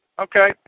Okay